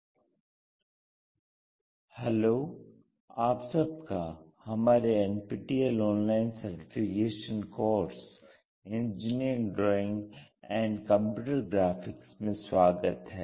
orthographic projections II भाग 9 hello आप सबका हमारे NPTEL online certification course engineering drawing and computer graphics में स्वागत है